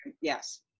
yes